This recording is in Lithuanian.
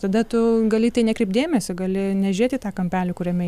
tada tu gali tai nekreipti dėmesio gali nežėt į tą kampelį kuriame